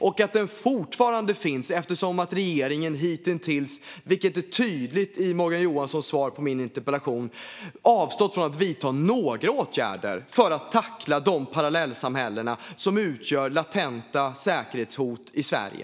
Den finns fortfarande, eftersom regeringen hitintills - vilket är tydligt i Morgan Johanssons svar på min interpellation - avstått från att vidta några åtgärder för att tackla de parallellsamhällen som utgör latenta säkerhetshot i Sverige.